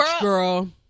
girl